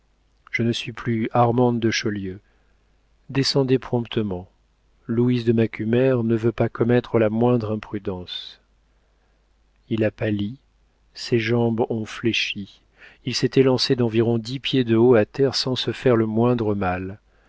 je ne suis plus armande de chaulieu descendez promptement louise de macumer ne veut pas commettre la moindre imprudence il a pâli ses jambes ont fléchi il s'est élancé d'environ dix pieds de haut à terre sans se faire le moindre mal